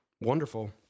wonderful